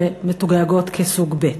שמתויגות כסוג ב'.